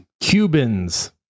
Cubans